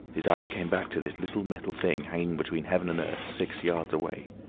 his eyes came back to this little metal thing hanging between heaven and earth, six yards away.